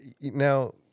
now